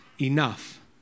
enough